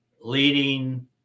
leading